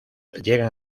llegan